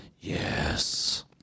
yes